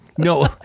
No